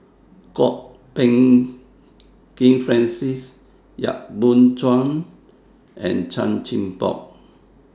Kwok Peng Kin Francis Yap Boon Chuan and Chan Chin Bock